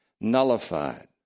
nullified